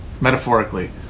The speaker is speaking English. metaphorically